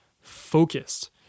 focused